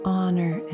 honor